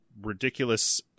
ridiculous